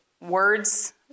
Words